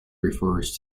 refers